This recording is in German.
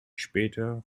später